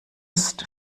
ist